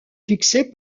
fixés